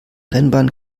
rennbahn